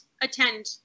attend